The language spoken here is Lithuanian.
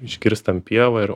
išgirstam pievą ir